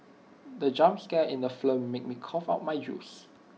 the jump scare in the film made me cough out my juice